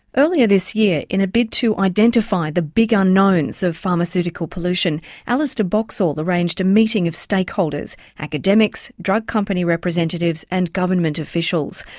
earlier this year in a bid to identify the big unknowns of pharmaceutical pollution alistair boxall arranged a meeting of stakeholders, academics, drug company representatives and government officials.